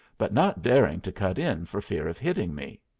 but not daring to cut in for fear of hitting me.